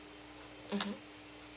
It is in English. mmhmm